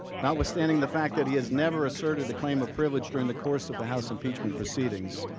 notwithstanding the fact that he has never asserted a claim of privilege during the course of the house impeachment proceedings.